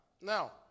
Now